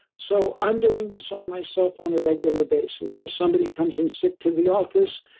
so, i'm doing this on myself on a regular basis. if somebody comes in sick to the office,